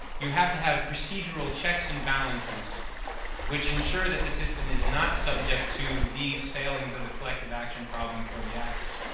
you have to have procedural checks and balances which ensure that the system is not subject to these failings of the collective action problem for the actors.